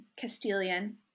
Castilian